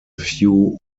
few